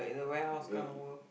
wait t~